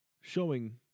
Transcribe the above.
showing